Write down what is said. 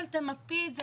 אבל תמפי את זה.